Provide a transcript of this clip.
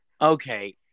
Okay